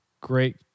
Great